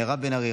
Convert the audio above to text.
מירב בן ארי,